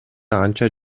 анча